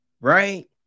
Right